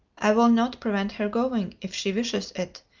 i will not prevent her going, if she wishes it,